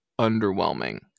underwhelming